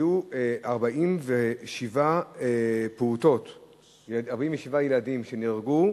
והיו 47 פעוטות, 47 ילדים שנהרגו,